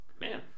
man